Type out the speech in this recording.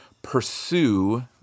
pursue